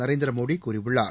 நரேந்திர மோடி கூறியுள்ளார்